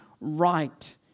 right